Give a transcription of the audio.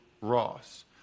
Ross